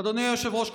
אדוני היושב-ראש,